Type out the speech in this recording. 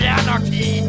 anarchy